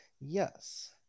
yes